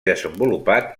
desenvolupat